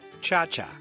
Cha-Cha